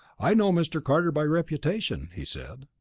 i know mr. carter by reputation, he said.